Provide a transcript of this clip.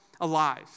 alive